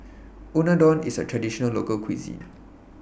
Unadon IS A Traditional Local Cuisine